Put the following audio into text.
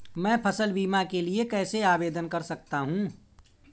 मैं फसल बीमा के लिए कैसे आवेदन कर सकता हूँ?